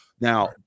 Now